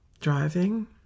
driving